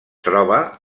troba